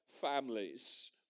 families